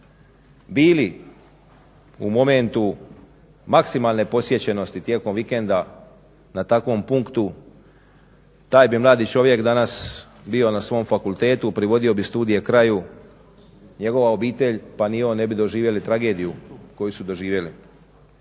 bili u momentu maksimalne posjećenosti tijekom vikenda na takvom punktu taj bi mladi čovjek bio danas na svom fakultetu, privodio bi studije kraju. Njegova obitelj pa ni on ne bi doživjeli tragediju koju su doživjeli.